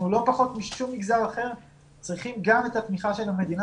אנחנו לא פחות מכל מגזר אחר צריכים גם את התמיכה של המדינה